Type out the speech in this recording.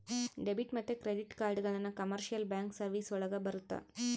debit ಮತ್ತೆ credit ಕಾರ್ಡ್ಗಳನ್ನ commercial bank services ಒಳಗರ ಬರುತ್ತೆ